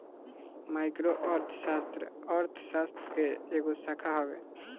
micro अर्थशास्त्र, अर्थशास्त्र के एगो शाखा हवे